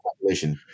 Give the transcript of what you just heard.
population